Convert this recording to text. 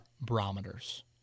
barometers